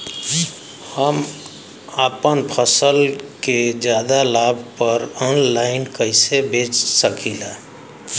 हम अपना फसल के ज्यादा लाभ पर ऑनलाइन कइसे बेच सकीला?